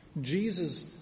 Jesus